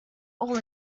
all